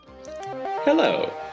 Hello